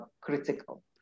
critical